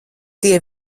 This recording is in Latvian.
tie